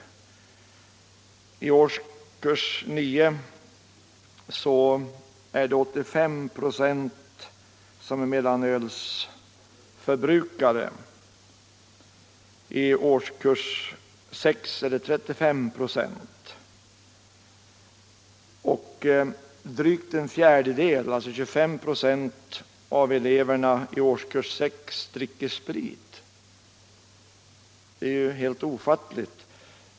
I årskurs 9 är 85 ". av eleverna mellanölsförbrukare. I årskurs 6 är siffran 35 ".. Drygt 25 ". av eleverna i årskurs 6 dricker sprit. Det är helt ofattligt.